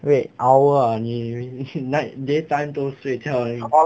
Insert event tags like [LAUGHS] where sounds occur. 因为 owl ah 你以为 [LAUGHS] night daytime 都睡觉而已